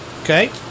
Okay